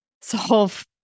solve